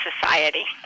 society